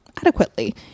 adequately